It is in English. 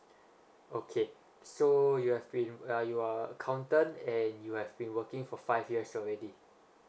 okay so you have been uh you are accountant and you have been working for five years already